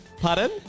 Pardon